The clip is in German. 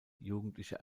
jugendliche